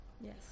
Yes